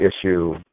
issue